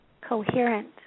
coherent